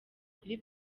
kuri